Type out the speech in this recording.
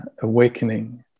awakening